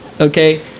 Okay